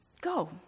Go